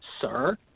Sir